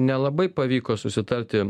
nelabai pavyko susitarti